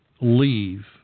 leave